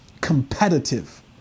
competitive